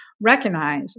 recognize